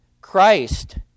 Christ